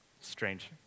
Strange